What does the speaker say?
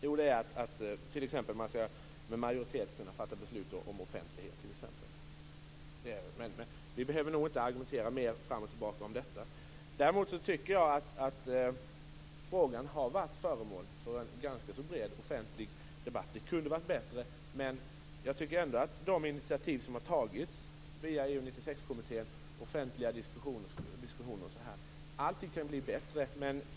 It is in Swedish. Jo, det är att man med majoritet skall kunna fatta beslut om t.ex. offentlighet. Vi behöver nog inte argumentera mer fram och tillbaka om detta. Däremot tycker jag att frågan har varit föremål för en ganska så bred offentlig debatt. Det kunde ha varit bättre. Men jag tycker ändå att de initiativ som har tagits via EU 96-kommittén och i offentliga diskussioner varit bra. Allting kan ju bli bättre.